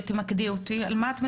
תמקדי אותי על מה את מדברת.